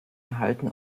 erhalten